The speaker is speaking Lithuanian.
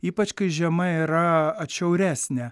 ypač kai žiema yra atšiauresnė